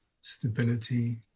stability